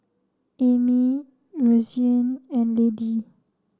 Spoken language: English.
Amy Roseanne and Lady